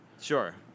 Sure